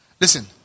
Listen